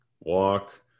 Walk